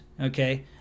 okay